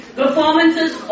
performances